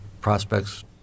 prospects